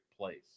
place